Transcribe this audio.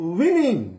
winning